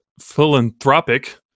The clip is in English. philanthropic